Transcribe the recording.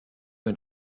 and